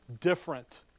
Different